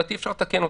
ואפשר לתקן אותם.